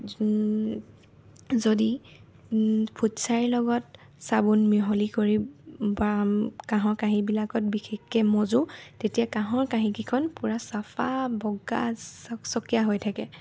যদি ফুটছাঁইৰ লগত চাবোন মিহলি কৰি বা কাহঁৰ কাঁহীবিলাকত বিশেষকৈ মাজোঁ তেতিয়া কাহঁৰ কাহীকেইখন পূৰা চাফা বগা চক্চকীয়া হৈ থাকে